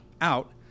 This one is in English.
out